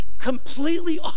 completely